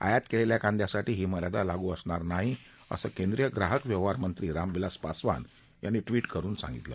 आयात केलेल्या कांद्यासाठी ही मर्यादा लागू असणार नाही असं केंद्रीय ग्राहक व्यवहारमंत्री रामविलास पासवान यांनी ट्वीट करून सांगितलं